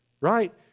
right